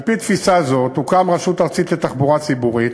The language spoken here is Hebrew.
על-פי תפיסה זאת, תוקם רשות ארצית לתחבורה ציבורית